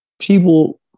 people